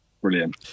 Brilliant